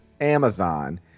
Amazon